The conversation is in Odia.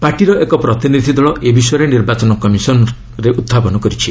ପାର୍ଟିର ଏକ ପ୍ରତିନିଧି ଦଳ ଏ ବିଷୟରେ ନିର୍ବାଚନ କମିଶନରେ ଉତ୍ଥାପନ କରିଛି